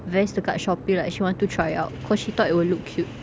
vest dekat shopee right she want to try out because she thought it would look cute